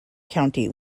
county